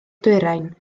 dwyrain